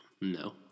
No